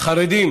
חרדים